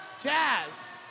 Jazz